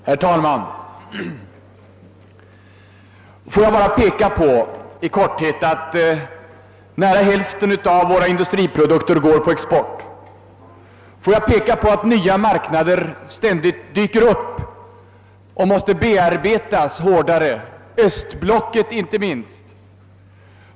"Herr talman! Får jag i korthet peka på att nära hälften av våra industriprodukter går på export. Får jag peka på att nya marknader ständigt dyker upp och måste bearbetas hårdare — östblocket inte minst.